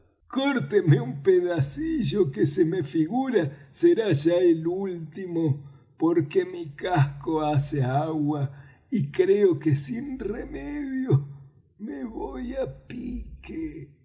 córteme un pedacillo que se me figura será ya el último porque mi casco hace agua y creo que sin remedio me voy á pique